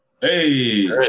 Hey